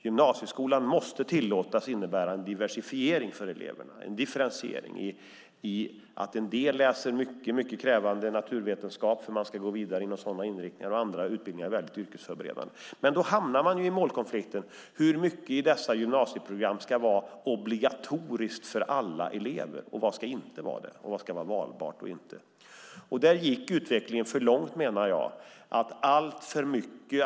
Gymnasieskolan måste tillåtas innebära en diversifiering och differentiering för eleverna. En del läser mycket krävande naturvetenskap för att de ska gå vidare på den inriktningen. Andra utbildningar är helt yrkesförberedande. Då hamnar man i en målkonflikt. Hur mycket i dessa gymnasieprogram ska vara obligatoriskt för alla elever? Vad ska inte vara det? Vad ska vara valbart och inte? Här gick utvecklingen för långt.